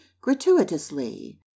gratuitously